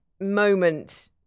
moment